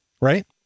right